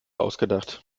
ausgedacht